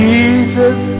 Jesus